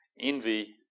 Envy